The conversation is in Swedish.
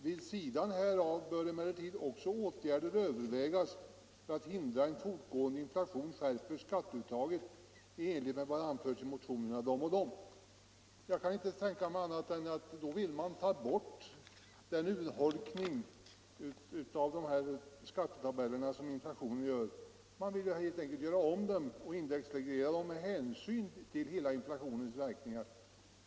Vid sidan härav bör emellertid också åtgärder övervägas för att hindra att en fortgående inflation skärper skatteuttaget i enlighet med vad som har anförts i motionerna —--=-.” Jag kan inte tänka mig annat än att man då vill ta bort den urholkning av skattetabellerna som inflationen åstadkommer. Man vill helt enkelt göra om skattetabellerna och indexreglera dem med hänsyn till hela inflationens verkningar.